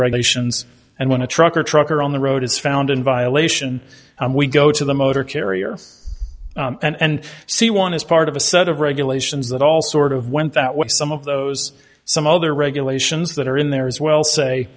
regulations and when a truck or truck or on the road is found in violation and we go to the motor carrier and see one as part of a set of regulations that all sort of went that what some of those some other regulations that are in there as well say